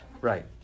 Right